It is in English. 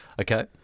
Okay